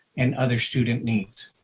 and other student needs.